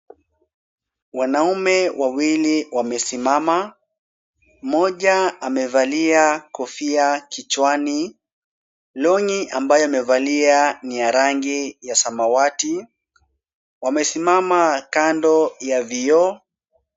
Wanaume wawili wamesimama, moja amevalia kofia kichwani, long'i ambayo amevalia ni ya rangi ya samawati, wamesimama kando ya vioo.